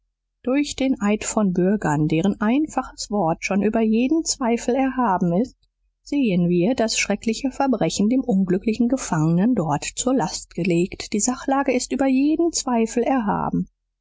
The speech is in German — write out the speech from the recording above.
durch den eid von bürgern deren einfaches wort schon über jeden zweifel erhaben ist sehen wir das schreckliche verbrechen dem unglücklichen gefangenen dort zur last gelegt die sachlage ist über jeden zweifel erhaben